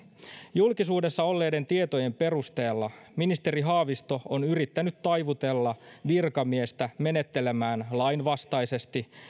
julkisuudessa olleiden tietojen perusteella ministeri haavisto on yrittänyt taivutella virkamiestä menettelemään lainvastaisesti